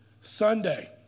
Sunday